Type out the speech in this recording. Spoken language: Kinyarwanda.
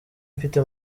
mfite